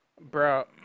Bro